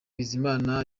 bizimana